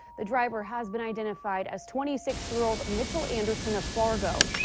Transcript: the driver has been identified as twenty six year old, mitchael anderson of fargo.